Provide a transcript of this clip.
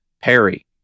Perry